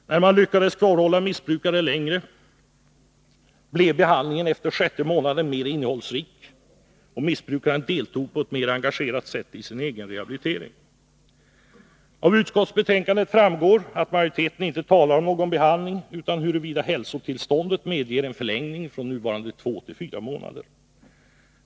När man lyckades kvarhålla missbrukare längre blev behandlingen efter den sjätte månaden mer innehållsrik, och missbrukaren deltog på ett mer engagerat sätt i sin egen rehabilitering. Av utskottsbetänkandet framgår att majoriteten inte talar om någon behandling, utan om huruvida hälsotillståndet medger en förlängning från nuvarande två till fyra månader.